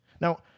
Now